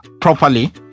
properly